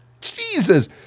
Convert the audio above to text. Jesus